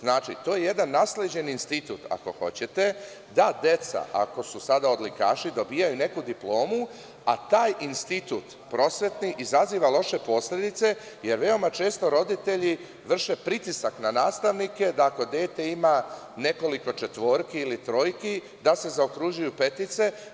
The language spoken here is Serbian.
Znači, to je jedan nasleđeni institut da deca ako su sada odlikaši dobijaju neku diplomu, a taj institut prosvetni izaziva loše posledice, jer veoma često roditelji vrše pritisak na nastavnike da ako dete ima nekoliko četvorki ili trojki, da se zaokružuju petice.